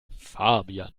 fabian